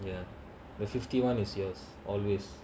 ya the fifty one is yours always